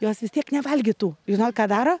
jos vis tiek nevalgytų žinot ką daro